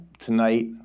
tonight